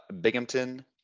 Binghamton